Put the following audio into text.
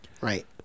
Right